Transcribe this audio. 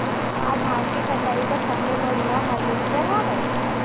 का धान के कटाई बर सबले बढ़िया हारवेस्टर हवय?